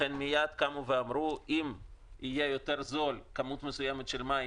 לכן מיד קמו ואמרו שאם כמות מסוימת של מים